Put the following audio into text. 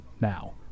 now